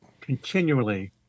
continually